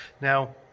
Now